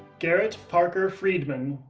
garrett parker friedman,